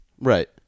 right